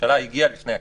הממשלה הגיעה לכנסת,